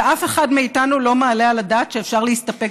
אף אחד מאיתנו לא מעלה על הדעת שאפשר להסתפק